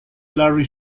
larry